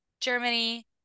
Germany